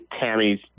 Tammy's